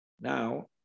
Now